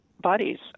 bodies